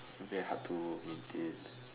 very hard to maintain